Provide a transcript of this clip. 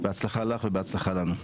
בהצלחה לך ובהצלחה לנו.